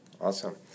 Awesome